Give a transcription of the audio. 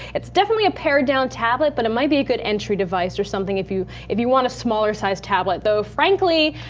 definitely a pared down tablet but it may be a good entry device or something if you if you want a smaller sized tablet. though frankly,